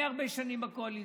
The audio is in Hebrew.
אני הרבה שנים בקואליציה,